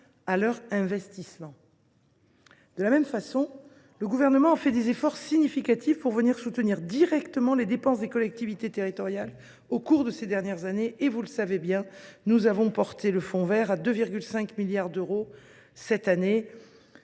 à leur investissement. Parallèlement, le Gouvernement a fait des efforts significatifs pour soutenir directement les dépenses des collectivités territoriales au cours de ces dernières années. Nous avons porté le fonds vert à 2,5 milliards d’euros cette année,